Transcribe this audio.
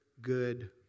good